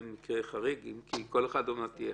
מקרה חריג, אם כי כל אחד אומר שזה חריג.